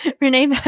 Renee